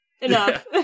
Enough